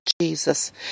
Jesus